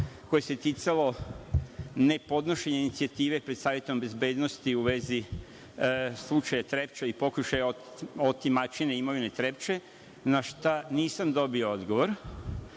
koje se ticalo ne podnošenja inicijative pred Savetom bezbednosti UN, u vezi slučaja Trepča i pokušaja otimačine imovine Trepče, na šta nisam dobio odgovor.